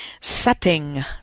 setting